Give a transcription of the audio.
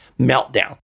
meltdown